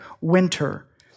winter